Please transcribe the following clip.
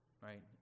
Right